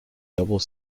double